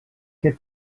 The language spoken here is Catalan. què